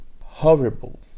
horrible